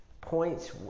points